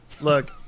Look